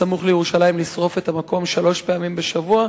הסמוך לירושלים, לשרוף את המקום שלוש פעמים בשבוע,